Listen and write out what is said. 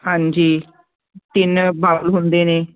ਹਾਂਜੀ ਤਿੰਨ ਬਾਲ ਹੁੰਦੇ ਨੇ